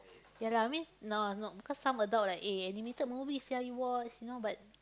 ya lah I mean now ah not cause some adult like eh animated sia you watch you know but